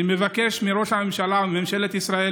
אני מבקש מראש הממשלה ומממשלת ישראל